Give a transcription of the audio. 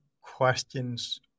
questions